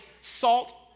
salt